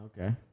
Okay